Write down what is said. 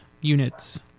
units